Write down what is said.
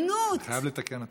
אני חייב לתקן אותך,